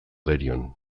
derion